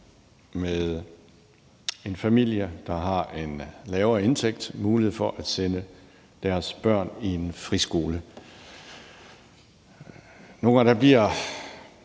med en familie, der har en lavere indtægt, mulighed for at sende deres børn i en friskole. Nogle gange bliver